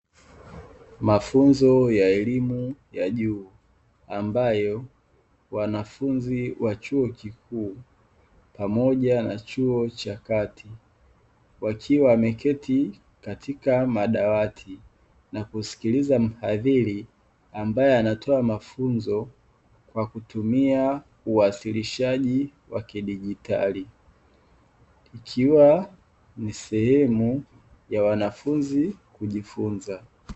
Mafunzo ya elimu ya juu, ambayo wanafunzi wa chuo kikuu pamoja na chuo cha kati, wakiwa wameketi katika madawati, na kusikiliza mhadhiri ambaye anatoa mafunzo kwa kutumia uwasilishaji wa kidigitali, ikiwa ni sehem ya wanafunzi kujifunza